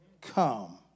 come